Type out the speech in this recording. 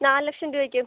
നാല് ലക്ഷം രൂപയ്ക്ക്